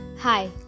Hi